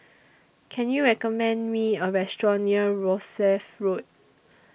Can YOU recommend Me A Restaurant near Rosyth Road